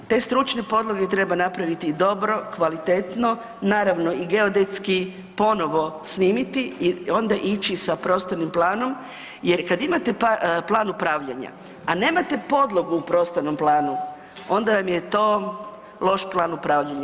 Te stručne podloge treba napraviti dobro, kvalitetno, naravno i geodetski ponovo snimiti i onda ići sa prostornim planom jer kad imate plan upravljanja, a nemate podlogu u prostornom planu, onda vam je to loš plan upravljanja.